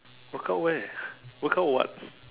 workout where workout what